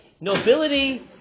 Nobility